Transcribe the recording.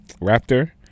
Raptor